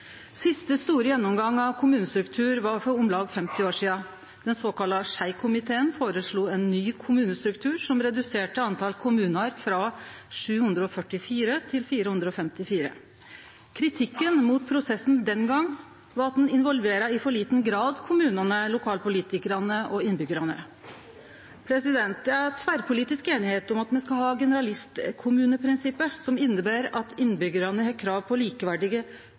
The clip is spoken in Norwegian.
siste store gjennomgangen av kommunestrukturen var for om lag 50 år sidan. Den såkalla Schei-komiteen føreslo ein ny kommunestruktur som reduserte talet på kommunar frå 744 til 454. Kritikken mot prosessen den gongen var at ein i for liten grad involverte kommunane, lokalpolitikarane og innbyggjarane. Det er tverrpolitisk einigheit om at me skal ha generalistkommuneprinsippet, som inneber at innbyggjarane har krav på likeverdige